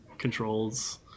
controls